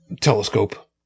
telescope